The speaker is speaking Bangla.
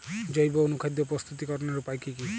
জৈব অনুখাদ্য প্রস্তুতিকরনের উপায় কী কী?